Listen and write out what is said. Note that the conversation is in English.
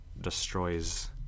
destroys